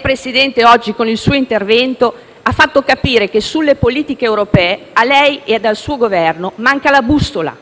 Brexit. Oggi, con il suo intervento, ha fatto capire che sulle politiche europee a lei e al suo Governo manca la bussola,